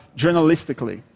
journalistically